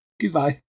Goodbye